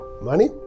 money